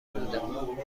بودم